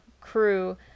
crew